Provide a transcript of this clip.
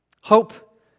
Hope